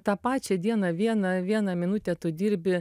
tą pačią dieną vieną vieną minutę tu dirbi